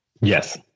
Yes